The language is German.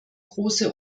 große